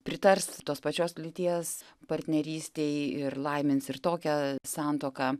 pritars tos pačios lyties partnerystei ir laimins ir tokią santuoką